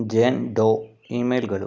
ಜೇನ್ Doe ಇ ಮೇಲ್ಗಳು